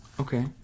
Okay